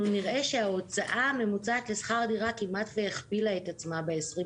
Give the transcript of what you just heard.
אנחנו נראה שההוצאה הממוצעת לשכר דירה כמעט הכפילה את עצמה בעשרים